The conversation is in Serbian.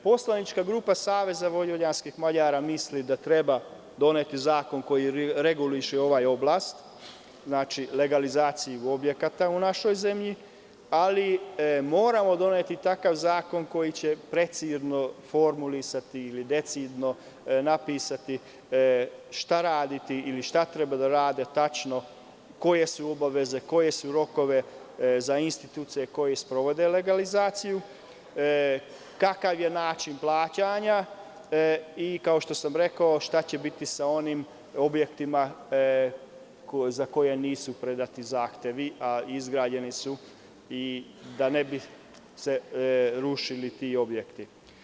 Poslanička grupa SVM misli da treba doneti zakon koji reguliše ovu oblast, legalizaciju objekata u našoj zemlji, ali moramo doneti takav zakon koji će precizno formulisati, ili decidno napisati šta raditi, ili šta treba tačno raditi, koje su obaveze, rokovi za institucije koje sprovode legalizaciju, kakav je način plaćanja i, kao što sam rekao, šta će biti sa onim objektima za koje nisu predati zahtevi, a izgrađeni su, da se ne bi rušili ti objekti.